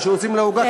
שעושים קצפת לעוגה,